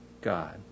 God